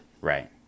Right